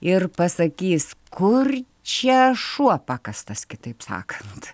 ir pasakys kur čia šuo pakastas kitaip sakant